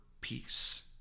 peace